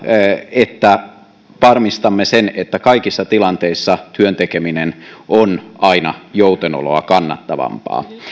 että varmistamme sen että kaikissa tilanteissa työn tekeminen on aina joutenoloa kannattavampaa